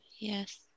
Yes